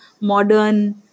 modern